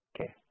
Okay